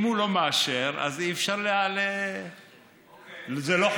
אם הוא לא מאשר, אז אי-אפשר זה לא חוקי.